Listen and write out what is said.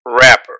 rapper